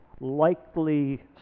likely